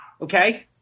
Okay